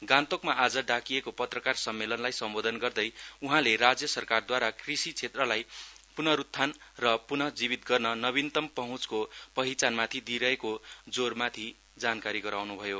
गान्तोकमा आज डाकिएको पक्षकार सम्मेलनलाई सम्बोधन गर्दै उहाँले राज्य सरकारद्वारा कृषि क्षेत्रलाई पुनरूत्थान र पुन जीवित गर्न नविन्तम पहँचको पहिचानमाथि दिइरहेको जोरबारे जानकारी गराउन्भयो